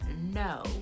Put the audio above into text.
no